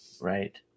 Right